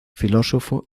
filósofo